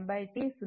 1T 0T